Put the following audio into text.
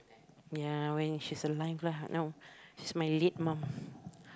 ya when she is alive lah now she's my late mum